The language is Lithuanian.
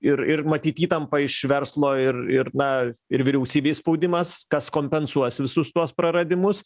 ir ir matyt įtampa iš verslo ir ir na ir vyriausybei spaudimas kas kompensuos visus tuos praradimus